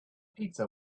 pizza